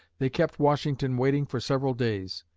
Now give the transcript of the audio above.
they kept washington waiting for several days.